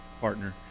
partner